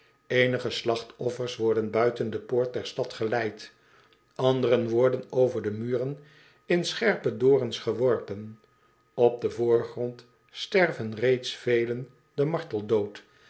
eenige slachtoffers worden buiten de poorten der stad geleid anderen worden over de muren in scherpe dorens geworpen op den voorgrond sterven reeds velen den